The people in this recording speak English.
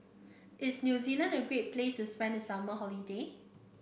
is New Zealand a great place to spend the summer holiday